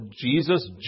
Jesus